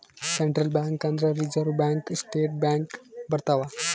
central bank ಅಂದ್ರ reserve bank state bank ಬರ್ತವ